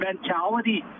mentality